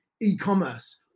e-commerce